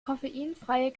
koffeinfreie